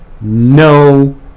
No